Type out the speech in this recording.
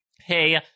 hey